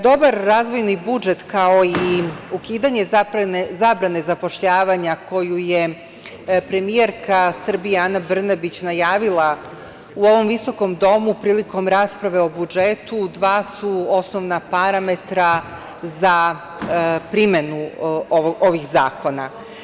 Dobar razvojni budžet, kao i ukidanje zabrane zapošljavanja, koju je premijerka Srbije Ana Brnabić najavila u ovom visokom domu prilikom rasprave o budžetu dva su osnovna parametra za primenu ovih zakona.